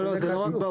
לא זה לא רק.